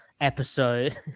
episode